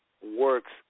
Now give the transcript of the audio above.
works